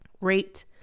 rate